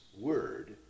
word